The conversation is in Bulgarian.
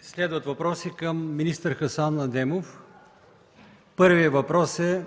Следват въпроси към министър Хасан Адемов. Първият въпрос е